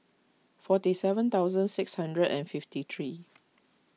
forty seven thousand six hundred and fifty three